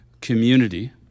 community